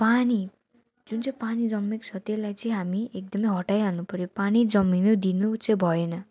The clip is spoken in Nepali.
पानी जुन चाहिँ पानी जमेको छ त्यसलाई चाहिँ हामी एकदम हटाइहाल्नु पऱ्यो पानी जमिनु दिनु चाहिँ भएन